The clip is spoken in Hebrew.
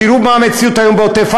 ותראו מה המציאות היום בעוטף-עזה,